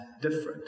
different